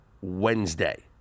wednesday